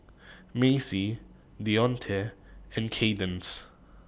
Macey Dionte and Kaydence